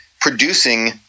producing